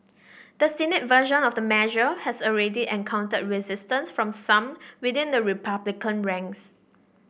the Senate version of the measure has already encountered resistance from some within the Republican ranks